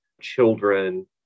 children